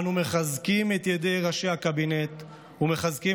אנו מחזקים את ידי ראשי הקבינט ומחזקים